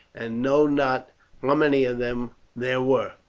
and know not how many of them there were,